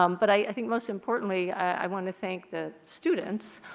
um but i think most importantly, i want to thank the students